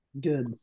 Good